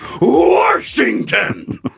Washington